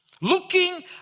looking